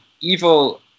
evil